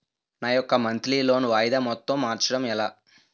నా యెక్క monthly loan వాయిదా మొత్తం మార్చడం ఎలా?